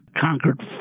conquered